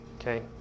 okay